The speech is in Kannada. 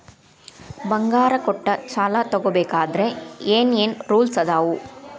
ಬಂಗಾರ ಕೊಟ್ಟ ಸಾಲ ತಗೋಬೇಕಾದ್ರೆ ಏನ್ ಏನ್ ರೂಲ್ಸ್ ಅದಾವು?